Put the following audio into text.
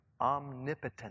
omnipotent